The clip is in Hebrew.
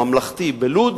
שבית-ספר ממלכתי בלוד